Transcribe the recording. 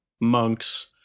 monks